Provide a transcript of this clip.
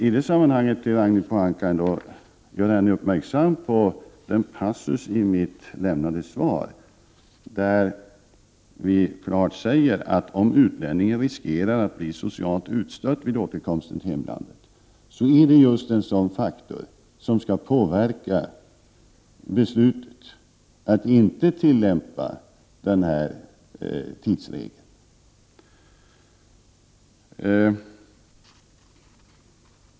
I det sammanhanget vill jag ändock göra Ragnhild Pohanka uppmärksam på den passus i mitt svar där jag klart säger att om utlänningen riskerar att bli socialt utstött vid återkomsten till hemlandet så är det just en sådan faktor som skall påverka beslutet att inte tillämpa denna tidsregel.